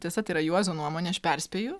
tiesa tai yra juozo nuomonė aš perspėju